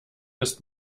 ist